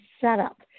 setup